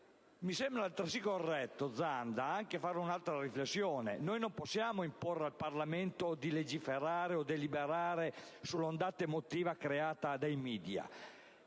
Mi sembra inoltre corretto, senatore Zanda, fare un'altra riflessione. Non possiamo imporre al Parlamento di legiferare o di deliberare sull'onda emotiva creata dai *media*.